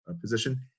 position